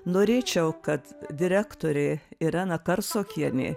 norėčiau kad direktorė irena karsokienė